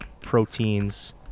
proteins